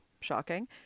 shocking